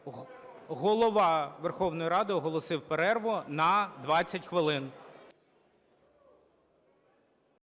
Голова Верховної Ради оголосив перерву на 20 хвилин.